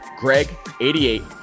GREG88